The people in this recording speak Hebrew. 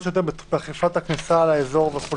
שוטר לאכיפת הכניסה לאזור.